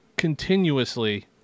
continuously